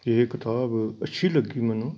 ਇਹ ਕਿਤਾਬ ਅੱਛੀ ਲੱਗੀ ਮੈਨੂੰ